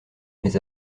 mes